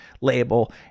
label